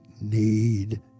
need